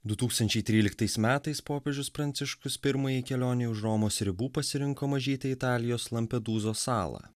du tūkstančiai tryliktais metais popiežius pranciškus pirmajai kelionei už romos ribų pasirinko mažytę italijos lampedūzos salą